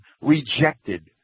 rejected